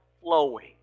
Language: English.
flowing